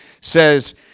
says